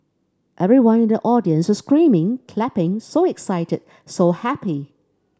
everyone in the audience was screaming clapping so excited so happy